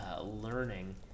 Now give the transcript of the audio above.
learning